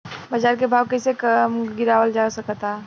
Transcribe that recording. बाज़ार के भाव कैसे कम गीरावल जा सकता?